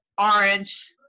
Orange